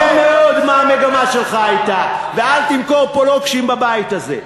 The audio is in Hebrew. ואל תמכור פה לוקשים בבית הזה.